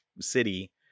city